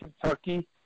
Kentucky